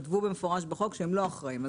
כתבו במפורש בחוק שהם לא אחראיים.